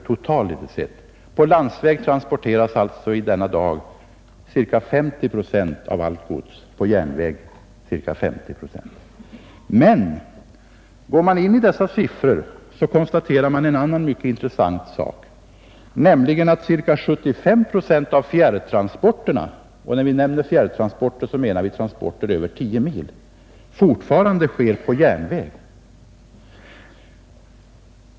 Järnväg och landsväg har i dag ungefär hälften var av de totala godstransporterna i landet. Men om vi granskar dessa siffror, kan vi konstatera en annan mycket intressant sak, nämligen att ca 75 procent av fjärrtransporterna — och med fjärrtransporter menas transporter över 10 mil — fortfarande sker på järnväg.